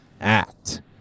act